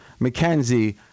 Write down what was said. McKenzie